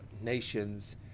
nations